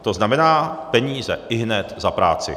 To znamená, peníze ihned za práci.